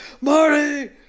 Marty